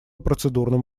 процедурным